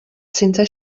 senza